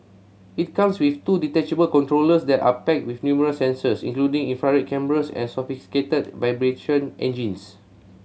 it comes with two detachable controllers that are packed with numerous sensors including infrared cameras and sophisticated vibration engines